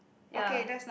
ya